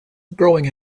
growing